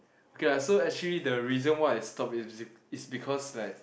okay lah so actually the reason why I stopped it's be it's because like